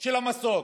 של המסוק,